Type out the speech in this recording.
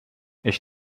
ich